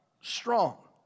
strong